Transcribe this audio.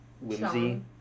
whimsy